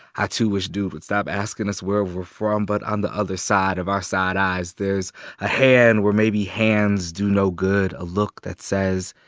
i too wish dude would stop asking us where we're from but on the other side of our side eyes there's a hand where maybe hands do no good a look that says,